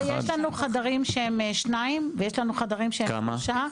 יש לנו חדרים שהם שניים ויש לנו חדרים שהם שלושה.